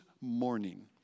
Morning